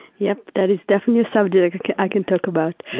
yep. that is definitely a subject i can talk about.